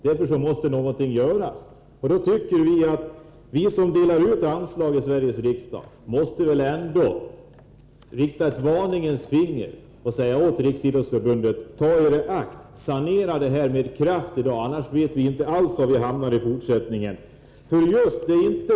Därför måste någonting göras, och vi här i Sveriges riksdag som delar ut anslag måste sätta upp ett varningens finger och säga åt Riksidrottsförbundet: Ta er i akt, sanera de förhållanden som råder med kraft, annars vet vi inte alls var vi hamnar i fortsättningen!